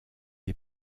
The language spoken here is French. des